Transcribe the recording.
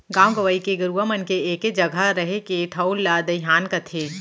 गॉंव गंवई के गरूवा मन के एके जघा रहें के ठउर ला दइहान कथें